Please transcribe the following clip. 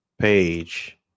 Page